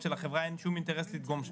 שלחברה אין שום אינטרס לדגום שם.